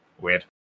Weird